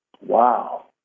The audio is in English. Wow